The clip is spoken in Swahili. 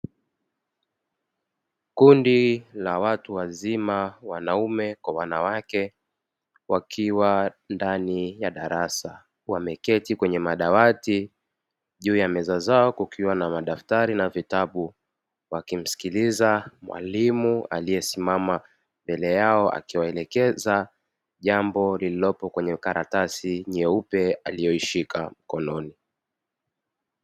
Kundi la watu wazima wanaume kwa wanawake wakiwa ndani ya darasa wameketi kwenye madawati. Juu ya meza zao kukiwa na madaftari na vitabu, wakimsikiliza mwalimu aliyesimama mbele yao akiwaelekeza jambo lililopo kwenye karatasi nyeupe aliyoishika mkononi.